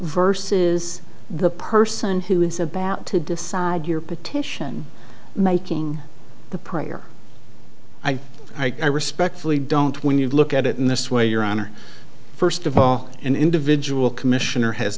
verses the person who is about to decide your petition making the prayer i i i respectfully don't when you look at it in this way your honor first of all an individual commissioner has